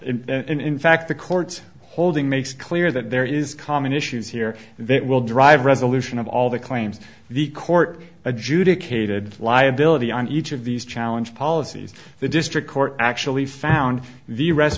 and in fact the court's holding makes clear that there is common issues here that will drive resolution of all the claims the court adjudicated liability on each of these challenge policies the district court actually found the rest